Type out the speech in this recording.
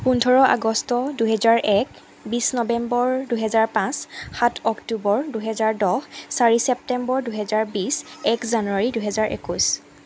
পোন্ধৰ আগষ্ট দুহেজাৰ এক বিছ নবেম্বৰ দুহেজাৰ পাঁচ সাত অক্টোবৰ দুহেজাৰ দহ চাৰি চেপ্তেম্বৰ দুহেজাৰ বিছ এক জানুৱাৰী দুহেজাৰ একৈছ